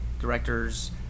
directors